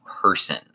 person